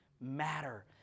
matter